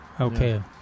Okay